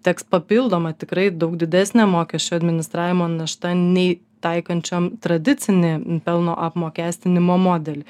teks papildoma tikrai daug didesnė mokesčių administravimo našta nei taikančiam tradicinį pelno apmokestinimo modelį